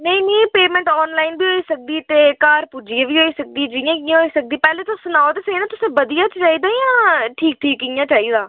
नेईं मी payment online बी होई सकदी ते घर पुज्जियै बी होई सकदी जि'यां कि'यां होई सकदी पैह्लें तुस सनाओ ते सेही ना तुसें ई बधिया च चाहिदा जां ठीक ठीक इ'यां चाहिदा